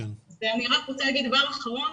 אני רק רוצה להגיד דבר אחרון,